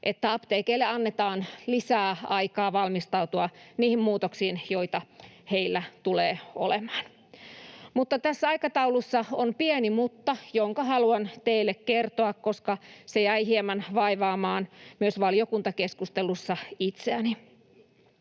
apteekeille annetaan lisää aikaa valmistautua niihin muutoksiin, joita heillä tulee olemaan. Tässä aikataulussa on pieni mutta, jonka haluan teille kertoa, koska se jäi hieman vaivaamaan myös valiokuntakeskustelussa itseäni.